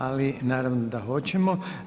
Ali naravno da hoćemo.